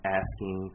asking